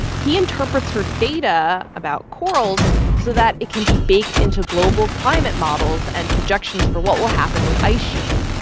he interprets her data about corals so that it can be baked into global climate models and projections for what will happen with ice sheets.